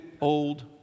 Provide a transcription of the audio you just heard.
old